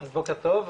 אז בוקר טוב,